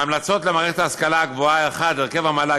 ההמלצות למערכת ההשכלה הגבוהה: 1. הרכב המל"ג,